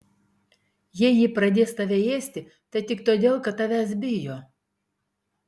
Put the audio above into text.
jei ji pradės tave ėsti tai tik todėl kad tavęs bijo